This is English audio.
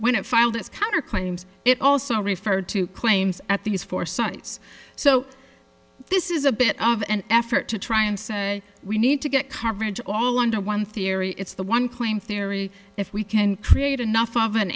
its counter claims it also referred to claims at these four cents so this is a bit of an effort to try and say we need to get coverage all under one theory it's the one playing theory if we can create enough of an